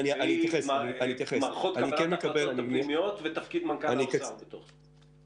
האם מערכות --- פנימיות ותפקיד מנכ"ל האוצר בתוך זה.